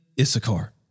Issachar